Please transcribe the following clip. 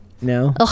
No